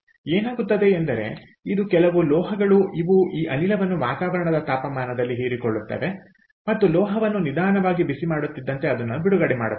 ಏನಾಗುತ್ತದೆ ಎಂದರೆ ಇದು ಕೆಲವು ಲೋಹಗಳು ಇವು ಈ ಅನಿಲವನ್ನು ವಾತಾವರಣದ ತಾಪಮಾನದಲ್ಲಿ ಹೀರಿಕೊಳ್ಳುತ್ತದೆ ಮತ್ತು ಲೋಹವನ್ನು ನಿಧಾನವಾಗಿ ಬಿಸಿ ಮಾಡುತ್ತಿದ್ದಂತೆ ಅದನ್ನು ಬಿಡುಗಡೆ ಮಾಡುತ್ತಾರೆ